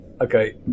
Okay